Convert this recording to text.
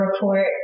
report